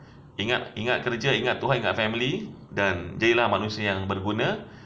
ingat ingat kerja ingat tuhan ingat family dan jadi lah manusia yang berguna